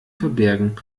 verbergen